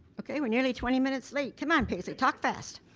okay we're nearly twenty minutes late, come on paisley, talk fast.